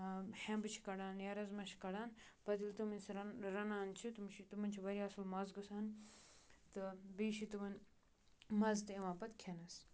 ہٮ۪مبہٕ چھِ کَڑان یا رَزما چھِ کَڑان پَتہٕ ییٚلہِ تٕم أسۍ رَن رَنان چھِ تِم چھِ تِمَن چھِ واریاہ اَصٕل مَزٕ گژھان تہٕ بیٚیہِ چھِ تِمَن مَزٕ تہِ یِوان پَتہٕ کھٮ۪نَس